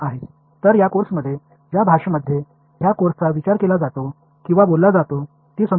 electromagnetics பற்றிய சில பயனுள்ள அடிப்படை யோசனைகளை தெரிந்து வைத்துள்ளோம்